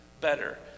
better